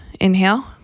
Inhale